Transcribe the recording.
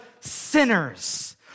sinners